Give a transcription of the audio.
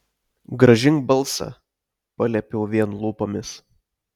grąžink balsą paliepiau vien lūpomis